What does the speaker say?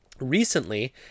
recently